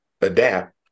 adapt